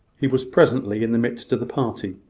he was presently in the midst of the party,